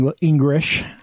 English